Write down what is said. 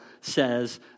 says